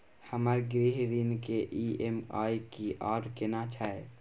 हमर गृह ऋण के ई.एम.आई की आर केना छै?